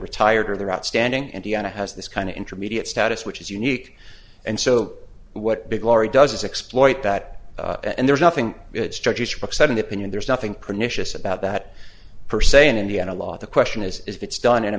retired or they're outstanding indiana has this kind of intermediate status which is unique and so what biglari does is exploiting that and there's nothing sudden opinion there's nothing permissions about that per se in indiana law the question is if it's done in a